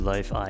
Life